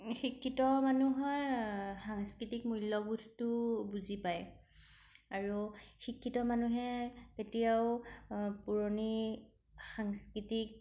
শিক্ষিত মানুহে সাংস্কৃতিক মূল্যবোধটো বুজি পায় আৰু শিক্ষিত মানুহে কেতিয়াও পুৰণি সাংস্কৃতিক